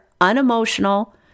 unemotional